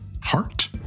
heart